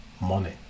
money